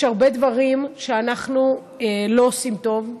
יש הרבה דברים שאנחנו לא עושים טוב.